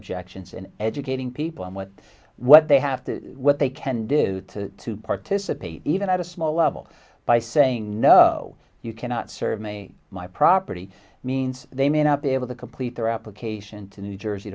objections and educating people on what what they have to what they can do to participate even at a small level by saying no you cannot serve me my property means they may not be able to complete their application to new jersey